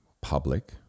public